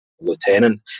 lieutenant